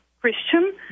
Christian